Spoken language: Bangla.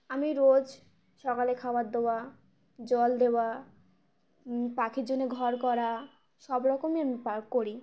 আমি রোজ সকালে খাবার দেওয়া জল দেওয়া পাখির জন্যে ঘর করা সব রকমই আমি পা করি